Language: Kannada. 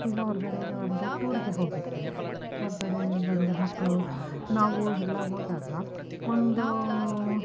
ಈಗ ಹೊರಗಡೆಗೆ ಒಂದು ಟೂರಿಗೆ ಹೋಗಿರ್ತೀವಿ ಹೊರಗಡೆ ಮಕ್ಕಳು ನಾವು ಎಲ್ಲ ಹೋದಾಗ ಒಂದೂ